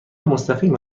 مستقیم